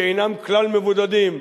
שאינם כלל מבודדים,